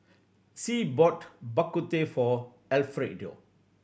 Sie bought Bak Kut Teh for Elfrieda